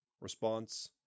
Response